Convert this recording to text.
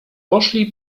poszli